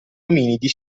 ominidi